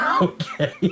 Okay